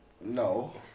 No